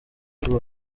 rights